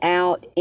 out